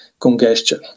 congestion